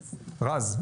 רז,